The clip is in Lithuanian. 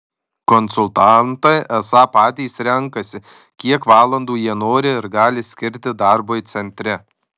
konsultantai esą patys renkasi kiek valandų jie nori ir gali skirti darbui centre